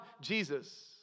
Jesus